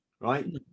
right